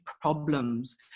problems